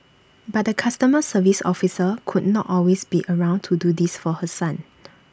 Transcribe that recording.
but the customer service officer could not always be around to do this for her son